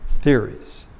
theories